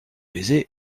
baiser